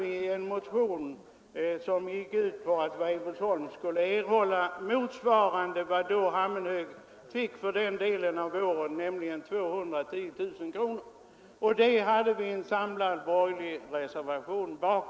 I en motion yrkades att Weibullsholm skulle erhålla ett anslag motsvarande det som då beviljades Hammenhög för motsvarande verksamhet, nämligen 210 000 kronor. Detta förslag framfördes i en samlad borgerlig reservation.